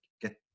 get